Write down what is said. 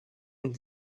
into